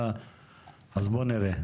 אז בוא נראה.